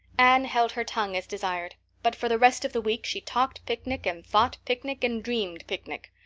anne held her tongue as desired. but for the rest of the week she talked picnic and thought picnic and dreamed picnic.